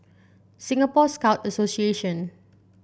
Singapore Scout Association